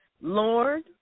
Lord